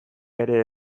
ere